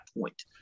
point